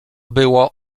było